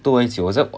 多一集我在